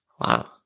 wow